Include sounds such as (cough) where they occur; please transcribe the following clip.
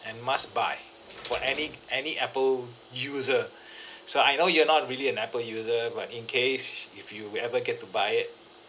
and must buy what any any Apple user (breath) so I know you're not really an Apple user but in case if you will ever get to buy it